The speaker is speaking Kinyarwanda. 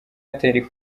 airtel